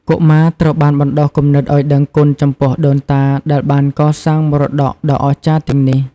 កុមារត្រូវបានបណ្ដុះគំនិតឲ្យដឹងគុណចំពោះដូនតាដែលបានកសាងមរតកដ៏អស្ចារ្យទាំងនេះ។